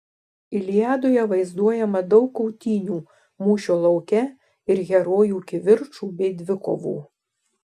iliadoje vaizduojama daug kautynių mūšio lauke ir herojų kivirčų bei dvikovų